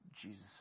Jesus